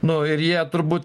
nu ir jie turbūt